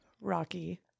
Rocky